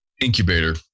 incubator